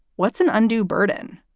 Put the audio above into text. what's an undue burden?